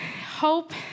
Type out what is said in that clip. Hope